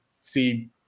see